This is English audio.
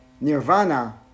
nirvana